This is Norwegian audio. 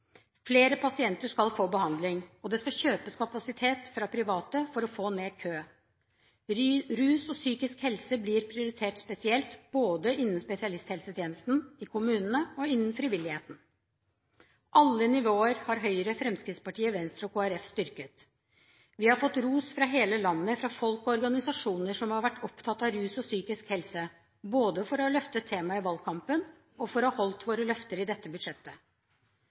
Flere pasienter skal få behandling, og det skal kjøpes kapasitet fra private for å få ned kø. Rus og psykisk helse blir prioritert spesielt innen spesialisthelsetjenesten, i kommunene og innen frivilligheten. Alle nivåer har Høyre, Fremskrittspartiet, Venstre og Kristelig Folkeparti styrket. Vi har fått ros fra hele landet fra folk og organisasjoner som har vært opptatt av rus og psykisk helse – for å ha løftet temaet opp i valgkampen og for å ha holdt våre løfter i dette budsjettet.